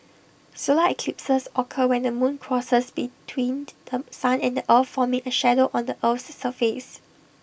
solar eclipses occur when the moon crosses between The Sun and the earth forming A shadow on the Earth's surface